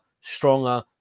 stronger